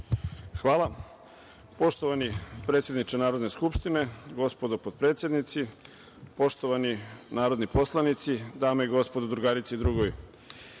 Hvala. Poštovani predsedniče Narodne skupštine, gospodo potpredsednici, poštovani narodni poslanici, dame i gospodo, drugarice i drugovi,